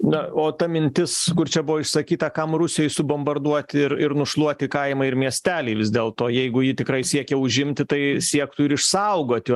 na o ta mintis kur čia buvo išsakyta kam rusijai subombarduoti ir ir nušluoti kaimai ir miesteliai vis dėlto jeigu ji tikrai siekia užimti tai siektų ir išsaugoti